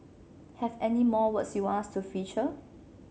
have any more words you want us to feature